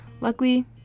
Luckily